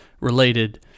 related